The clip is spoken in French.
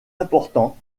important